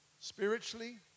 spiritually